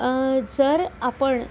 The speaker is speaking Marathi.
जर आपण